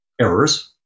errors